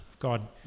God